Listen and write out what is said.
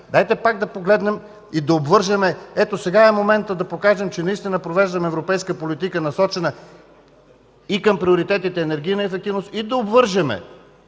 дайте пак да погледнем и да обвържем, ето, сега е моментът да покажем, че наистина провеждаме европейска политика, насочена и към приоритетите „енергийна ефективност” и да обвържем